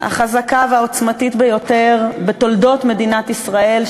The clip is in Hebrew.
החזקה והעוצמתית ביותר בתולדות מדינת ישראל,